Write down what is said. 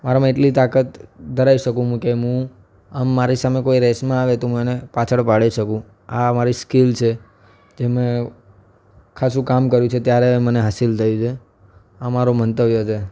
મારામાં એટલી તાકાત ધરાવી શકું મું કે મું આમ મારી સામે કોઈ રેસમાં આવે તો હું એને પાછળ પાડી શકું આ મારી સ્કિલ છે જે મેં ખાસું કામ કર્યું છે ત્યારે મને હાસિલ થઈ છે આ મારો મંતવ્ય છે